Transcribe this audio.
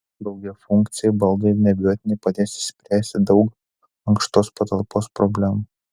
daugiafunkciai baldai neabejotinai padės išspręsti daug ankštos patalpos problemų